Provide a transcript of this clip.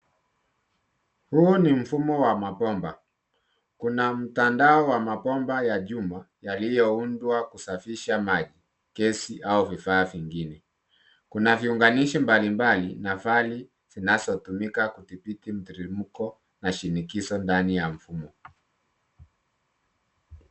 Huu ni mfumo wa mapomba kuna mtandao wa mapomba ya chuma yalioundwa kusafisha maji, kezi au vifaa vingine. Kuna viunganishi mbali mbali na vali zinazotumika kutibidi mrimko na shinikizo ndani ya mfumo.